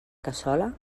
cassola